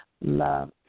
Love